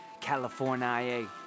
California